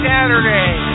Saturday